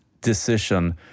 decision